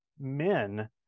men